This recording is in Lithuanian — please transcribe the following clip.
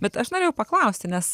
bet aš norėjau paklausti nes